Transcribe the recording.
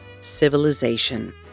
civilization